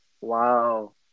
Wow